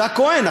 ז'אק כהן.